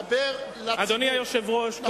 דבר לציבור.